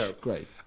great